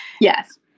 yes